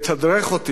והוא עמד על כך: